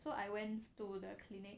so I went to the clinic